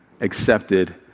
accepted